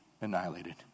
annihilated